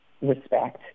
respect